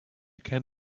can